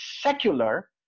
secular